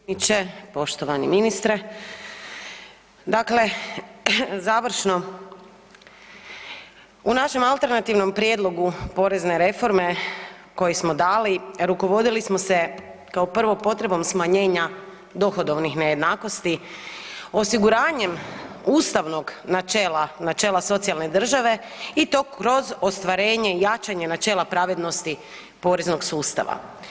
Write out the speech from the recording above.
Poštovani potpredsjedniče, poštovani ministre, dakle završno, u našem alternativnom prijedlogu porezne reforme koji smo dali rukovodili smo se kao prvo potrebom smanjenja dohodovnih nejednakosti, osiguranjem ustavnog načela, načela socijalne države i to kroz ostvarenje i jačanje načela pravednosti poreznog sustava.